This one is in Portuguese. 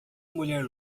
mulher